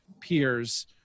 peers